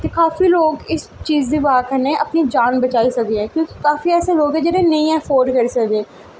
ते काफी जादा लोग इस चीज दी ब'जा कन्नै अपनी जान बचाई सकदे ऐं क्यूंकि बड़े ऐसे लोग ऐं जेह्ड़े नेईं अफोर्ड करी सकदे